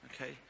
Okay